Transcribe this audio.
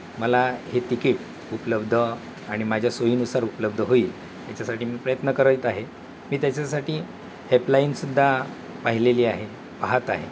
मला हे तिकीट उपलब्ध आणि माझ्या सोयीनुसार उपलब्ध होईल याच्यासाठी मी प्रयत्न करत आहे मी त्याच्यासाठी हेल्पलाईनसुद्धा पाहिलेली आहे पाहात आहे